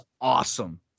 awesome